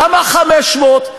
למה 500?